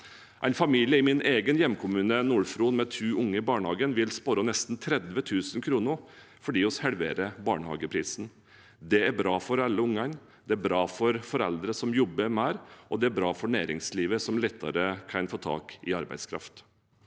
i barnehagen i min egen hjemkommune NordFron vil spare nesten 30 000 kr fordi vi halverer barnehageprisen. Det er bra for alle ungene, det er bra for foreldre som jobber mer, og det er bra for næringslivet, som lettere kan få tak i arbeidskraft.